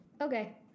Okay